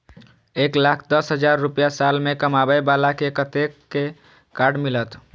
एक लाख दस हजार रुपया साल में कमाबै बाला के कतेक के कार्ड मिलत?